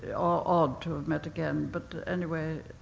odd to have met again. but anyway,